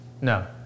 No